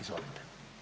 Izvolite.